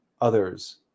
others